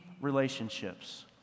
relationships